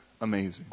amazing